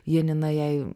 janina jai